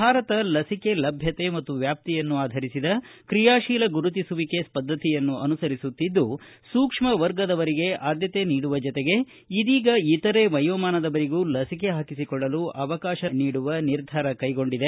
ಭಾರತ ಲಸಿಕೆ ಲಭ್ಯತೆ ಮತ್ತು ವ್ಯಾಪ್ತಿಯನ್ನು ಆಧರಿಸಿದ ಕ್ರಿಯಾಶೀಲ ಗುರುತಿಸುವಿಕೆ ಪದ್ಧತಿಯನ್ನು ಅನುಸರಿಸುತ್ತಿದ್ದು ಸೂಕ್ಷ್ಮ ವರ್ಗದವರಿಗೆ ಆದ್ಯತೆ ನೀಡುವ ಜೊತೆಗೆ ಇದೀಗ ಇತರೆ ವಯೋಮಾನದವರಿಗೂ ಲಸಿಕೆ ಹಾಕಿಸಿಕೊಳ್ಳಲು ಅವಕಾಶ ನೀಡುವ ನಿರ್ಧಾರ ಕೈಗೊಂಡಿದೆ